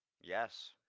Yes